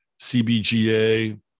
CBGA